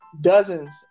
dozens